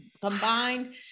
combined